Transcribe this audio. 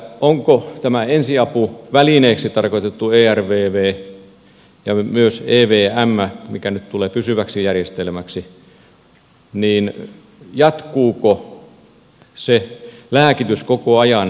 kun ervv on ensiapuvälineeksi tarkoitettu ja evm tulee nyt pysyväksi järjestelmäksi niin jatkuuko se lääkitys koko ajan niin sanotusti